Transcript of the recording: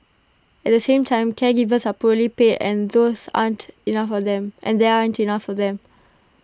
at the same time caregivers are poorly paid and those aren't enough of them and there aren't enough of them